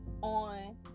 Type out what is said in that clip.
on